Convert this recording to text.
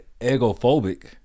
egophobic